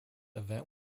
event